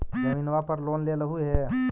जमीनवा पर लोन लेलहु हे?